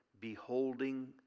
beholding